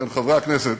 ובכן, חברי הכנסת,